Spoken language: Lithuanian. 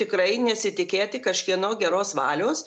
tikrai nesitikėti kažkieno geros valios